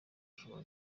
ashobora